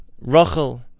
Rachel